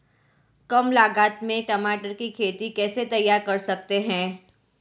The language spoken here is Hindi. कम लागत में टमाटर की खेती कैसे तैयार कर सकते हैं?